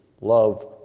love